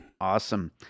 Awesome